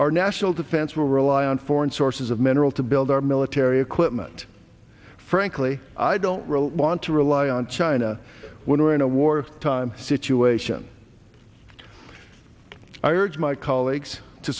our national defense will rely on foreign sources of mineral to build our military equipment frankly i don't want to rely on china when we're in a war time situation i urge my colleagues to